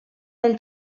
del